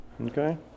Okay